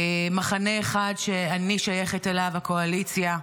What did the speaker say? מחנה אחד שאני שייכת אליו, הקואליציה,